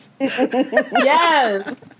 Yes